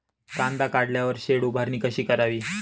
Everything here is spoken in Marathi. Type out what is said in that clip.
कांदा काढल्यावर शेड उभारणी कशी करावी?